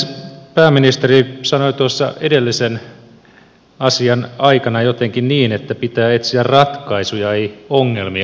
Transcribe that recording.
pääministeri sanoi tuossa edellisen asian aikana jotenkin niin että pitää etsiä ratkaisuja ei ongelmia